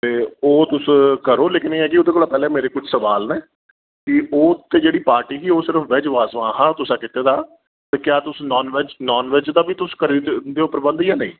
ते ओह तुस करो लेकिन एह् ऐ ओह्दे कोला पैह्लें मेरे कुछ सवाल न कि ओह् ते जेह्ड़ी पार्टी ही ओह् सिर्फ वैज बाजवान हा तुसें कीते दा ते क्या तुस नानवैज नानवैज दा बी तुस करी लैंदे ओ प्रबंध जां नेईं